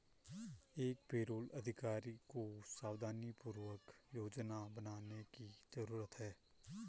एक पेरोल अधिकारी को सावधानीपूर्वक योजना बनाने की जरूरत है